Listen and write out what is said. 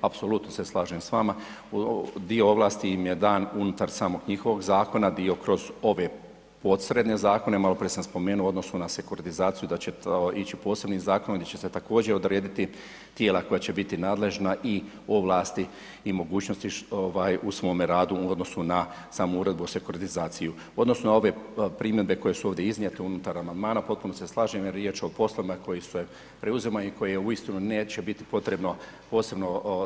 Apsolutno se slažem s vama, dio ovlasti im je dan unutar samog njihovog zakona, dio kroz ove posredne zakone, maloprije sam spomenuo u odnosu na sekuritizaciju da će to ići posebni zakon gdje će se također odrediti tijela koja će biti nadležna i ovlasti i mogućnosti u svome radu u odnosu na samu uredbu o sekuritizaciju odnosno ove primjedbe koje su ovdje iznijete unutar amandmana, potpuno se slažem jer je riječ o poslovima koji se preuzimaju i koje uistinu neće biti potrebna